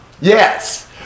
Yes